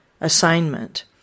assignment